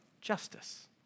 justice